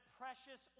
precious